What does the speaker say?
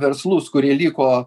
verslus kurie liko